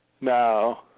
No